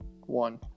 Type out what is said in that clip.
One